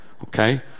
okay